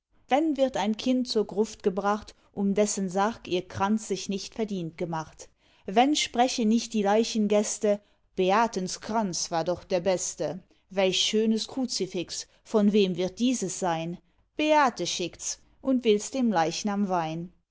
wenn wird ein kind zur gruft gebracht um dessen sarg ihr kranz sich nicht verdient gemacht wenn sprechen nicht die leichengäste beatens kranz war doch der beste welch schönes kruzifix von wem wird dieses sein beate schickts und wills dem leichnam weihn